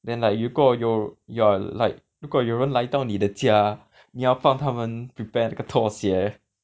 then like 如果有 ya like 如果有人来到你的家你要帮他们 prepare 那个拖鞋